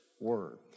word